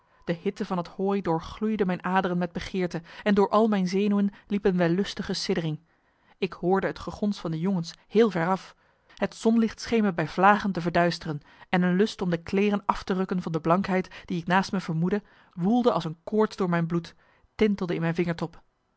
de hitte van het hooi doorgloeide mijn aderen met begeerte en door al mijn zenuwen liep een wellustige siddering ik hoorde het gegons van de jongens heel ver af het zonlicht scheen me bij vlagen te verduisteren en marcellus emants een nagelaten bekentenis een lust om de kleeren af te rukken van de blankheid die ik naast me vermoedde woelde als een koorts door mijn bloed tintelde in mijn vingertoppen